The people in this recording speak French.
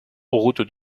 route